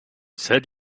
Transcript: said